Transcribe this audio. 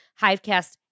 Hivecast